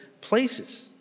places